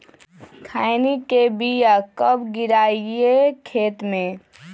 खैनी के बिया कब गिराइये खेत मे?